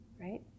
right